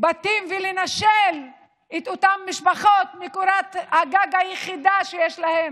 בתים ולנשל את אותן משפחות מקורת הגג היחידה שיש להם.